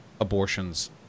abortions